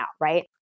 Right